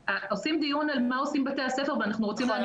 עושים דיון על מה עושים בתי הספר ואנחנו רוצים לומר מה עושים בתי הספר.